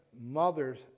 mothers